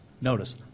Notice